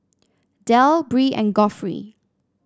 Del Bree and Geoffrey